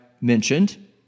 mentioned